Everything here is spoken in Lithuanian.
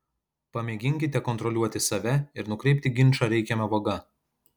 pamėginkite kontroliuoti save ir nukreipti ginčą reikiama vaga